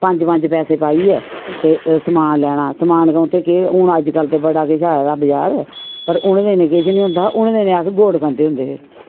पंज पंज पैसे पाइयै ते समान लैना समान कदूं केह् हून अज्जकल्ल ते बड़ा केछ आए दा ऐ बजार पर उनें दिनें किश नेईं होंदा उनें दिनें अस गुड़ खंदे होंदे हे